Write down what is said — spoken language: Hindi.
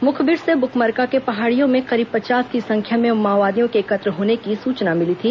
मुखबिर से बुकमरका के पहाड़ियों में करीब पचास की संख्या में माओवादियों के एकत्र होने की सूचना मिली थी